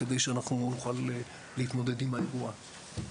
כדי שנוכל להתמודד עם האירוע הזה.